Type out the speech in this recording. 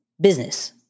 business